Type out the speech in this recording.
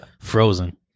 frozen